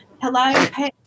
hello